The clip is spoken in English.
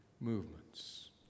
movements